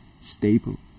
stable